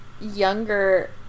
younger